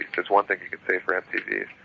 there's one thing you could say for mtv,